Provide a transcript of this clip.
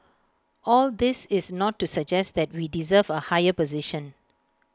all this is not to suggest that we deserve A higher position